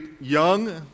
young